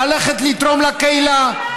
ללכת לתרום לקהילה,